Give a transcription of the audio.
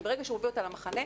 כי ברגע שהוא יביא אותה למחנה,